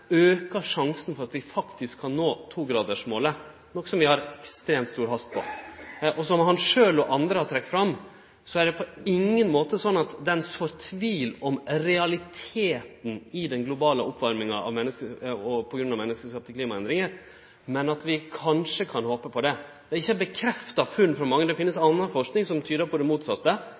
sjansen for at vi faktisk kan nå togradersmålet – som vi har ekstremt stor hast med. Som han sjølv og andre har trekt fram, er det på ingen måte slik at den sår tvil om realiteten i den globale oppvarminga på grunn av menneskeskapte klimaendringar, men at vi kanskje kan håpe på det. Det er ikkje bekrefta funn, det finst anna forsking som tyder på det